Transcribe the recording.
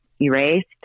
erased